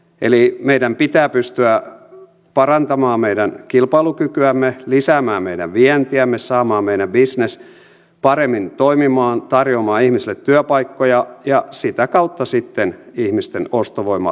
eli meidän pitää pystyä parantamaan meidän kilpailukykyämme lisäämään meidän vientiämme saamaan meidän bisnes toimimaan paremmin tarjoamaan ihmisille työpaikkoja ja sitä kautta sitten ihmisten ostovoima vahvistuu